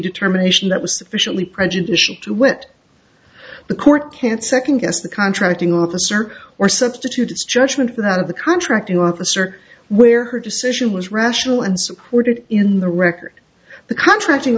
determination that was sufficiently prejudicial to wit the court can't second guess the contracting officer or substitute its judgment for that of the contracting officer where her decision was rational and supported in the record the contracting